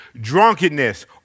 drunkenness